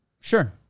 Sure